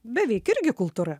beveik irgi kultūra